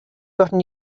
gotten